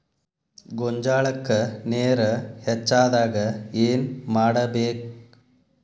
ಗೊಂಜಾಳಕ್ಕ ನೇರ ಹೆಚ್ಚಾದಾಗ ಏನ್ ಮಾಡಬೇಕ್?